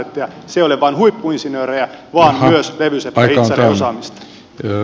se ei ole vain huippuinsinöörejä vaan myös levyseppähitsarien osaamista